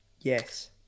Yes